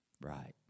Right